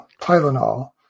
Tylenol